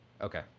Okay